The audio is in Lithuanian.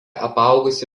apaugusi